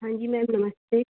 हाँ जी मैम नमस्ते